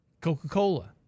Coca-Cola